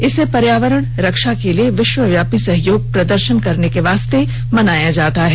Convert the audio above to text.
इसे पर्यावरण रक्षा के लिए विश्वव्यापी सहयोग प्रदर्शन के वास्ते मनाया जाता है